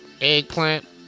eggplant